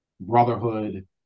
brotherhood